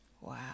Wow